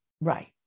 Right